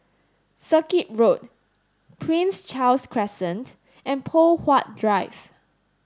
Circuit Road Prince Charles Crescent and Poh Huat Drive